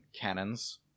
cannons